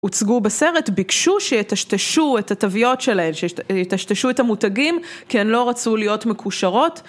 הוצגו בסרט, ביקשו שיטשטשו את התויות שלהן, שיטשטשו את המותגים, כי הן לא רצו להיות מקושרות.